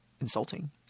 insulting